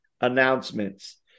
announcements